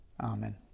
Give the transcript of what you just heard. Amen